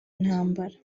ntambara